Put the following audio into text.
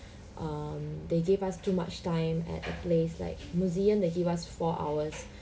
um they gave us too much time at a place like museum they give us four hours